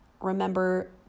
Remember